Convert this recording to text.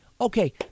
okay